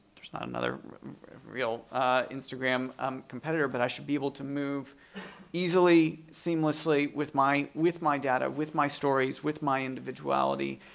there's not another real instagram um competitor, but i should be able to move easily, seamlessly with my with my data, with my stories, with my individuality,